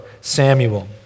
Samuel